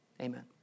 Amen